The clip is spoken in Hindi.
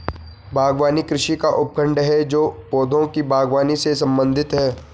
बागवानी कृषि का उपखंड है जो पौधों की बागवानी से संबंधित है